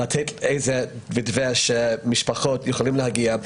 לתת איזה שהוא מתווה של משפחות שיכולות להגיע.